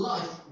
Life